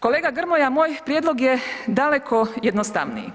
Kolega Grmoja, moj prijedlog je daleko jednostavniji.